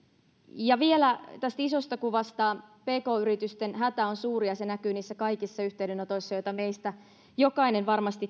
ja vielä tästä isosta kuvasta pk yritysten hätä on suuri ja se näkyy niissä kaikissa yhteydenotoissa joita meistä jokainen